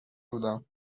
بودم